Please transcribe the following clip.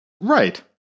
Right